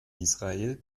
israel